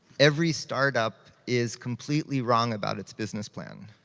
every startup is completely wrong about its business plan.